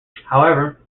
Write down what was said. however